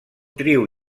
trio